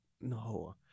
No